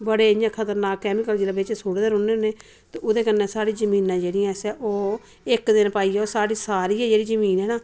बड़े इयां खतरनाक कैमिकल जोल्लै बिच्च सु'ट्टदे रौहने हुन्ने ते ओह्दे कन्नै स्हाड़ी जमीनां जेह्ड़ियां असें ओह् इक दिन पाइयै स्हाड़ी सारी गै जेह्ड़ी जमीन ऐ ना